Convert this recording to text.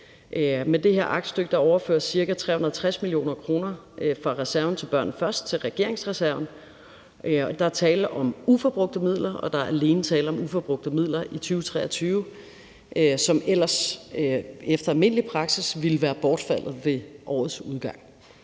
Med det her aktstykke overføres ca. 360 mio. kr. fra reserven til »Børnene Først« til regeringsreserven. Der er tale om uforbrugte midler, og der er alene tale om uforbrugte midler i 2023, som ellers efter almindelig praksis ville være bortfaldet ved årets udgang.